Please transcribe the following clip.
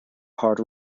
hard